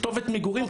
כתובת מגורים,